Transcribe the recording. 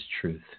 truth